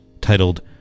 titled